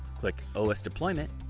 click os deployment.